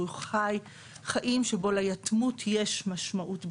הוא חי חיים שבהם ליתמות יש משמעות,